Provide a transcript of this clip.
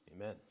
amen